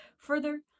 Further